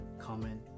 comment